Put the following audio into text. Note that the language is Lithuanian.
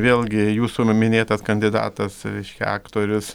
vėlgi jūsų nu minėtas kandidatas reiškia aktorius